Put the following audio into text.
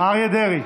דרעי,